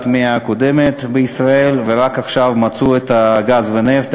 המאה הקודמת בישראל ורק עכשיו מצאו גז ונפט,